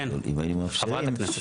אם היינו מאפשרים,